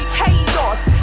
chaos